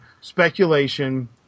speculation